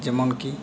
ᱡᱮᱢᱚᱱ ᱠᱤ